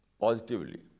positively